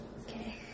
Okay